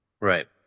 Right